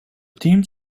theme